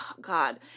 God